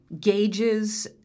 gauges